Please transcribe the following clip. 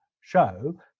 show